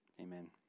amen